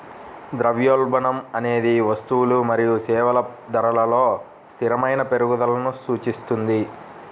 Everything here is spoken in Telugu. ద్రవ్యోల్బణం అనేది వస్తువులు మరియు సేవల ధరలలో స్థిరమైన పెరుగుదలను సూచిస్తుంది